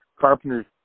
Carpenter